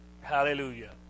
Hallelujah